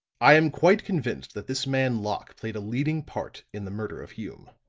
i am quite convinced that this man locke played a leading part in the murder of hume.